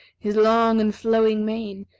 his long and flowing mane,